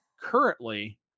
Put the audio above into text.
Currently